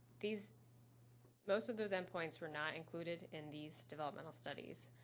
these most of those endpoints were not included in these developmental studies